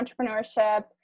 entrepreneurship